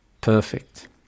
perfect